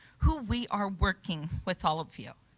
who we are working with all of you.